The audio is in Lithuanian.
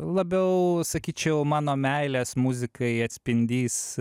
labiau sakyčiau mano meilės muzikai atspindys